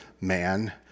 man